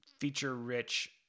feature-rich